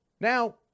Now